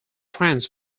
trance